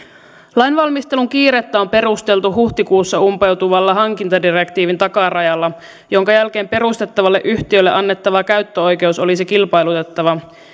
lainvalmistelun kiirettä on perusteltu huhtikuussa umpeutuvalla hankintadirektiivin takarajalla jonka jälkeen perustettavalle yhtiölle annettava käyttöoikeus olisi kilpailutettava